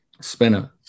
Spinner